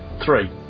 Three